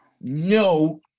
no